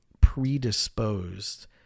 predisposed